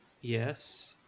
Yes